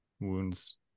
wounds